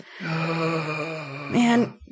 man